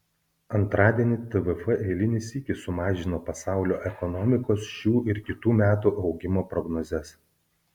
antradienį tvf eilinį sykį sumažino pasaulio ekonomikos šių ir kitų metų augimo prognozes